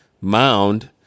mound